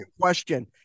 Question